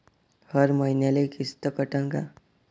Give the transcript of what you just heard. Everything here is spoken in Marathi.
हर मईन्याले किस्त कटन का?